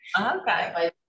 okay